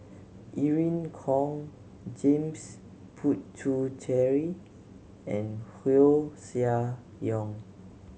Irene Khong James Puthucheary and Koeh Sia Yong